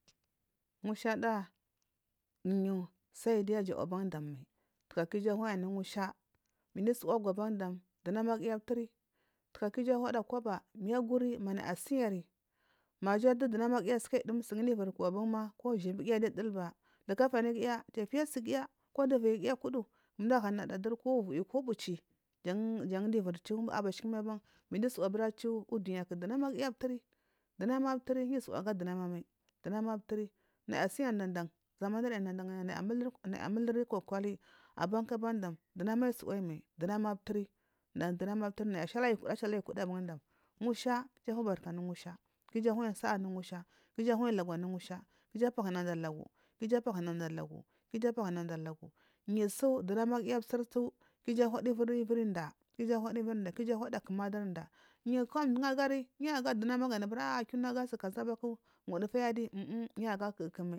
Ngushada yu sai giya ajau baru damai ka ta ga ku ija anayi anu ngusha min giyu tsuua agu bandam duhama giya apluri taga ku iju anada koba ya guri manuyu asinyan maja du dunama giya suka ayi sun giya iviri su ban ma shabigiya likafani giya ku mdu ahudana duri ku uviyi ku ubichi abashi kimiban min giyu usawa achu uduniya. Duna giya apturi dunama apturi duwama apturi naya asinyari dandan nyu amulari naya amuluri kukuli abau ku ban dam dunama ayi suwa ayi mai naya ashiri achali ayukudu achal ayuhudu ba ngusha iju afubarka anu ngusha ku iju anayi sa’a anu ngusha ku ija anayi lagu anu ngusha ku iju apahuna da lagu ku ija apahuna da lagu apahunda lagu yu su dunamu giya apturi su ku iju ana iviri inda taga ku iju anada muluri inda yuk o mdu ngu agari yu aga danama ga nu aburi kiyuna aga su kaza abaku ngudufayu adiyi yu aya kuku mai